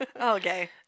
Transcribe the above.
Okay